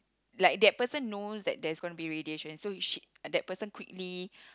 like that person knows that there's going to be radiation so he she that person quickly